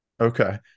okay